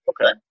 Okay